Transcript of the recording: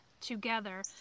together